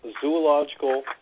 Zoological